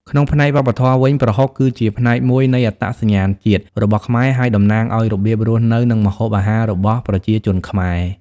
ក្នុងផ្នែកវប្បធម៌វិញ ប្រហុកគឺជាផ្នែកមួយនៃ អត្តសញ្ញាណជាតិ របស់ខ្មែរ ហើយតំណាងឱ្យរបៀបរស់នៅ និងម្ហូបអាហាររបស់ប្រជាជនខ្មែរ។